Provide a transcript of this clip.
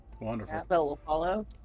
Wonderful